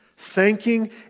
Thanking